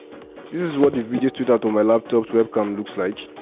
is what the video straight out of my laptop's webcam looks like.